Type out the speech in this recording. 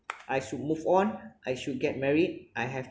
I should move on I should get married I have